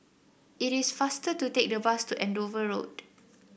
it is faster to take the bus to Andover Road